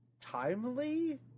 timely